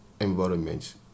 environment